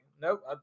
nope